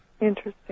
Interesting